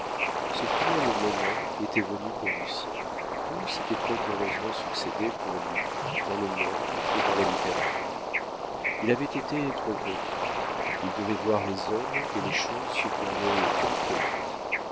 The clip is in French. ce cruel moment était venu pour lucien tout s'était trop heureusement succédé pour lui dans le monde et dans la littérature il avait été trop heureux il devait voir les hommes et les choses se tourner contre lui